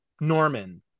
Norman